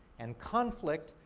and conflict,